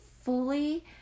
fully